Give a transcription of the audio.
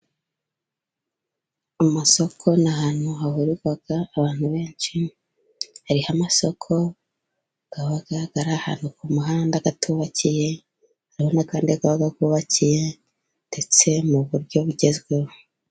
Amasoko ni ahantu hahurira abantu benshi. Hari amasoko agaragara ko ari ku muhanda, atubakiye hari n'andi aba yubakiye ndetse mu buryo bugezweho.